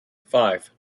five